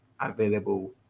available